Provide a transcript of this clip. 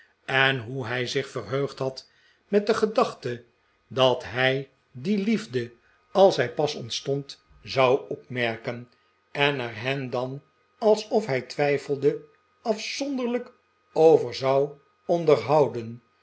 en hoe hij zich verheugd had met de gedachte dat hij die liefde als zij pas ontstond zou opmerken en er hen dan alsof hij twijfelde afzonderlijk over zou onderhouden